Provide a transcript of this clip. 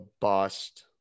bust